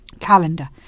calendar